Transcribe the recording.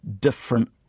different